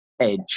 edge